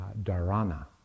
dharana